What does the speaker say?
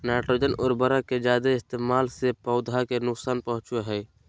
nitrogen उर्वरक के जादे इस्तेमाल से पौधा के नुकसान पहुंचो हय